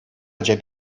ача